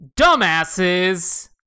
Dumbasses